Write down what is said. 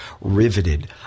riveted